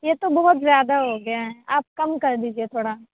یہ تو بہت زیادہ ہو گیا ہے آپ کم کر دیجیے تھوڑا